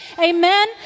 Amen